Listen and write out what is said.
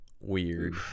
weird